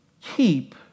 keep